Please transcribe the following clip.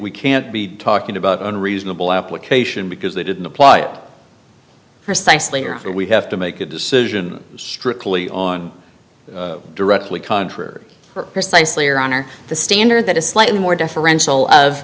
we can't be talking about unreasonable application because they didn't apply it precisely are we have to make a decision strictly on directly contrary precisely or honor the standard that is slightly more deferential